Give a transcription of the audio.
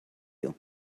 you